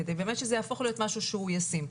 כדי באמת שזה יהפוך להיות משהו שהוא ישים.